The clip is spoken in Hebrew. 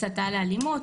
הסתה לאלימות,